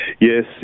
yes